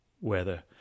weather